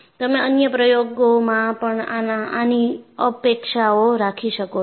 તમે અન્ય પ્રયોગોમાં પણ આનીઅપેક્ષાઓ રાખી શકો છો